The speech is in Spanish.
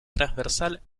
transversal